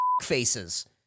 faces